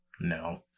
No